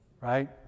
right